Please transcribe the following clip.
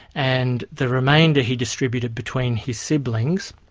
and the remainder he distributed between his siblings.